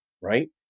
right